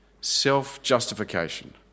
self-justification